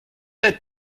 tête